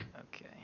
okay